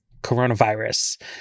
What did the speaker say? coronavirus